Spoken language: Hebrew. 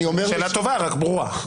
השאלה טובה, רק ברורה.